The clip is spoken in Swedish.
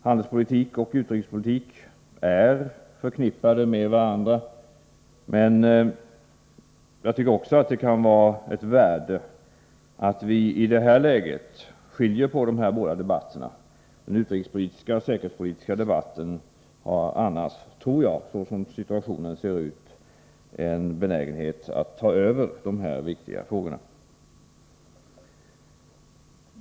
Handelspolitik och utrikespolitik är förknippade med varandra, men jag tycker att det kan vara ett värde att vi i det här läget skiljer på de båda debatterna. Den utrikespolitiska och säkerhetspolitiska debatten har annars, tror jag — såsom situationen ser ut —, en benägenhet att ta över de viktiga handelspolitiska frågorna.